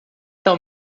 tal